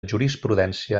jurisprudència